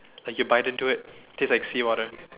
like you can bite into it tastes like seawater